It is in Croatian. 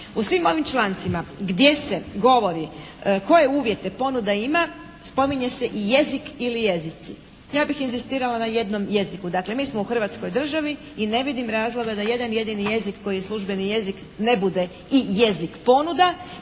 u svim ovim člancima gdje se govori koje uvjete ponuda ima, spominje se i jezik ili jezici. Ja bih inzistirala na jednom jeziku. Dakle mi smo u Hrvatskoj državi i ne vidim razloga da jedan jedini jezik koji je službeni jezik ne bude i jezik ponuda.